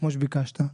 כמו שביקשת,